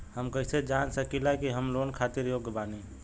हम कईसे जान सकिला कि हम लोन खातिर योग्य बानी?